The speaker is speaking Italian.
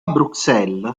bruxelles